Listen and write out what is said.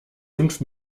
fünf